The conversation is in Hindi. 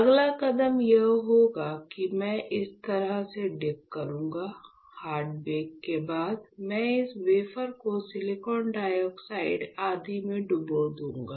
अगला कदम यह होगा कि मैं इस तरह से डीप करूंगा हार्ड बेक के बाद मैं इस वेफर को सिलिकॉन डाइऑक्साइड आदि में डुबो दूंगा